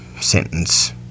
sentence